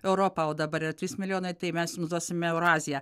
europą o dabar yra tris milijonai tai mes jums duosime euraziją